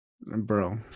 bro